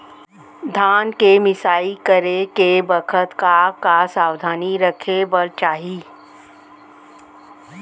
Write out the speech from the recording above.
धान के मिसाई करे के बखत का का सावधानी रखें बर चाही?